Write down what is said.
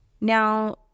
Now